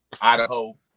Idaho